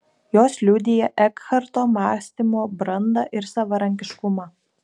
jos liudija ekharto mąstymo brandą ir savarankiškumą